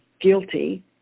guilty